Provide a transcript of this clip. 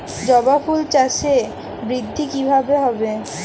জবা ফুল চাষে বৃদ্ধি কিভাবে হবে?